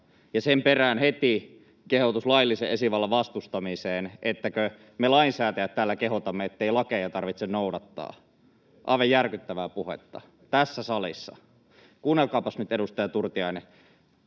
Ja sen perään heti kehotus laillisen esivallan vastustamiseen. Ettäkö me lainsäätäjät täällä kehotamme, ettei lakeja tarvitse noudattaa? Aivan järkyttävää puhetta, tässä salissa. Kuunnelkaapas nyt, edustaja Turtiainen,